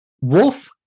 Wolf